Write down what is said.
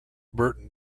burton